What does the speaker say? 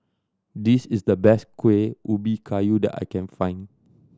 this is the best Kuih Ubi Kayu that I can find